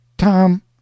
Tom